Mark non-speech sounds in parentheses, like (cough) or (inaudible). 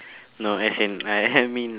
no as in I (laughs) mean like